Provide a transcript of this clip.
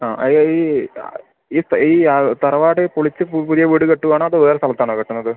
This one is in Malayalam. ആ അത് ഈ ഈ ആ തറവാട് പൊളിച്ച് പുതിയ വീട് കെട്ടുകയാണോ അതോ വേറെ സ്ഥലത്ത് ആണോ കെട്ടണത്